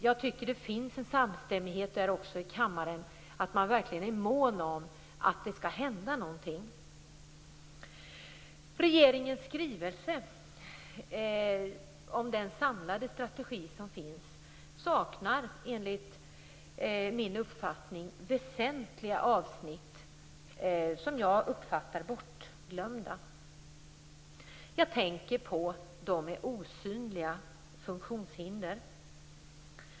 Jag tycker att det finns en samstämmighet i kammaren om att man verkligen är mån om att det skall hända någonting. Regeringens skrivelse om den samlade strategi som finns saknar enligt min uppfattning väsentliga avsnitt, som jag uppfattar som bortglömda. Jag tänker på dem med osynliga funktionshinder.